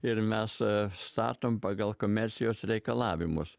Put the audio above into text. ir mes statom pagal komercijos reikalavimus